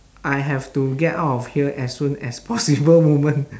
I have to get out of here as soon as possible moment